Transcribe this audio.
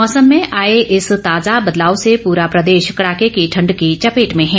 मौसम में आये इस ताजा बदलाव से पूरा प्रदेश कड़ाके की ठंड की चपेट मे है